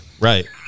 Right